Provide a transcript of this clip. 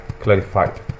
clarified